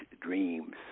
dreams